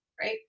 right